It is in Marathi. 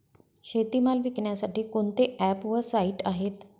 शेतीमाल विकण्यासाठी कोणते ॲप व साईट आहेत?